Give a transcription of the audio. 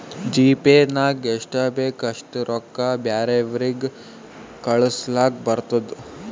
GPay ನಾಗ್ ಎಷ್ಟ ಬೇಕ್ ಅಷ್ಟ ರೊಕ್ಕಾ ಬ್ಯಾರೆವ್ರಿಗ್ ಕಳುಸ್ಲಾಕ್ ಬರ್ತುದ್